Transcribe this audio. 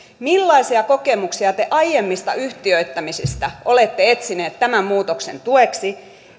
millaisia kokemuksia te aiemmista yhtiöittämisistä olette etsinyt tämän muutoksen tueksi